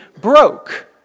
broke